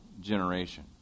generation